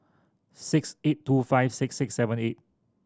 six eight two five six six seven eight